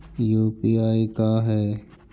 UPI का है?